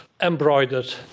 embroidered